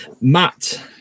Matt